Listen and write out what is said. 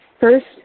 First